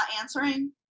answering